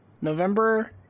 November